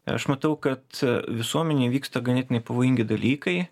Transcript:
aš matau kad visuomenėj vyksta ganėtinai pavojingi dalykai